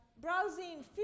browsing